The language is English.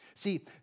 See